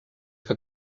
que